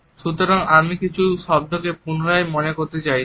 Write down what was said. সুতরাং আমি কিছু শব্দকে পুনরায় মনে করতে চাইছি